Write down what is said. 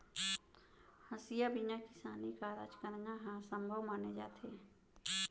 हँसिया बिना किसानी कारज करना ह असभ्यो माने जाथे